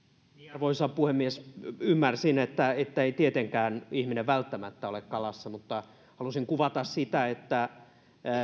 arvoisa puhemies ymmärsin että ei tietenkään ihminen välttämättä ole kalassa mutta halusin kuvata sitä että